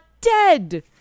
dead